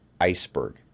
iceberg